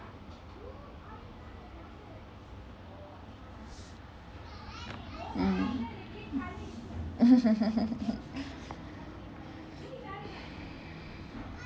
mm